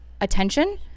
attention